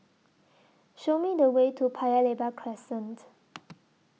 Show Me The Way to Paya Lebar Crescent